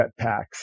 jetpacks